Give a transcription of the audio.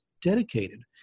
dedicated